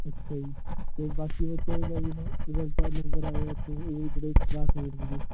ਅੱਛਾ ਜੀ ਅਤੇ ਬਾਕੀ ਬੱਚਿਆਂ ਦਾ ਕੀ ਰਿਜ਼ਲਟ ਆਇਆ ਨੰਬਰ ਆਏ ਆ ਜੀ ਇਹਦੇ ਜਿਹੜੇ ਕਲਾਸਮੇਟ ਸੀਗੇ